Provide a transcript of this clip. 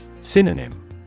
Synonym